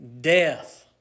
death